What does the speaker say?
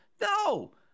No